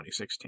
2016